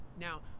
Now